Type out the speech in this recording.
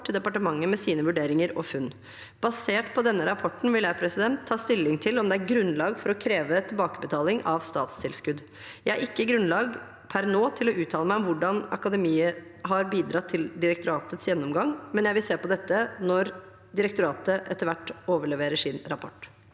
til departementet med sine vurderinger og funn. Basert på denne rapporten vil jeg ta stilling til om det er grunnlag for å kreve tilbakebetaling av statstilskudd. Jeg har per nå ikke grunnlag for å uttale meg om hvordan Akademiet har bidratt til direktoratets gjennomgang, men jeg vil se på dette når direktoratet etter hvert overleverer sin rapport.